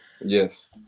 Yes